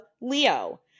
Leo